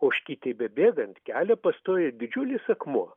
ožkytei bebėgant kelią pastojo didžiulis akmuo